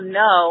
no